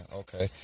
okay